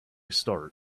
start